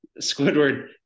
Squidward